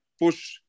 push